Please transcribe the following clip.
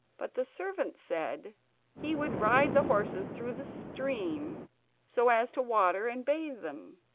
but the servant said he would ride the horses through the stream so as to water and bathe them.